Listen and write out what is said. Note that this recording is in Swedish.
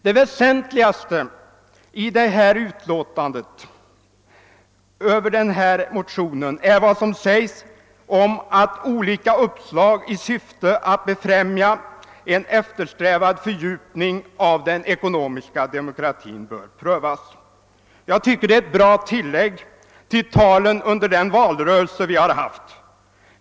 Det väsentligaste i utlåtandet över denna motion är vad som sägs om att olika uppslag i syfte att befrämja en eftersträvad fördjupning av den ekonomiska demokratin bör prövas. Jag tycker det är ett bra tillägg till det tal vi har hört under valrörelsen.